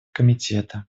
комитета